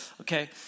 okay